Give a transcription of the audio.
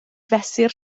fesur